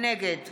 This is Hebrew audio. נגד